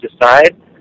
decide